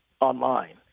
online